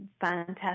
fantastic